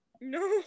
No